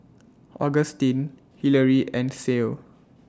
Augustin Hillery and Cael